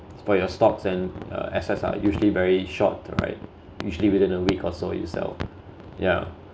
for your stocks and uh assets are usually very short term right usually within a week or so you sell yeah